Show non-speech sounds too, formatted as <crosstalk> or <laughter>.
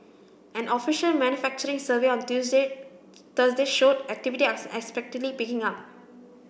an official manufacturing survey on Tuesday Thursday showed activity <unintelligible> unexpectedly picking up